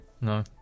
No